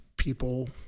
people